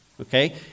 Okay